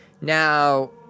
Now